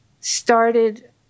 started